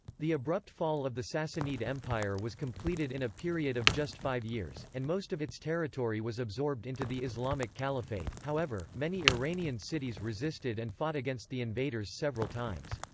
the abrupt fall of the sassanid empire was completed in a period of just five years, and most of its territory was absorbed into the islamic caliphate however, many iranian cities resisted and fought against the invaders several times.